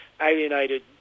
alienated